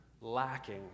lacking